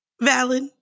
Valid